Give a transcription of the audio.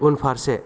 उनफारसे